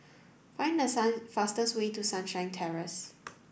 find the sun fastest way to Sunshine Terrace